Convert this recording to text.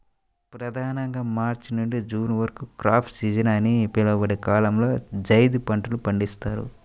ప్రధానంగా మార్చి నుండి జూన్ వరకు క్రాప్ సీజన్ అని పిలువబడే కాలంలో జైద్ పంటలు పండిస్తారు